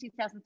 2003